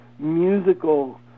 Musical